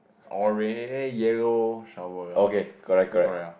orange yellow shower